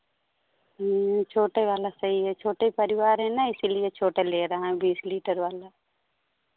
छोटे वाला सही है छोटे परिवार है ना इसीलिए छोटा ले रहे हैं बीस लीटर वाला